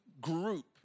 group